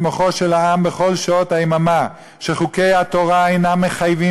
מוחו של העם בכל שעות היממה שחוקי התורה אינם מחייבים,